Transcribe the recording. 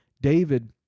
David